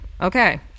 Okay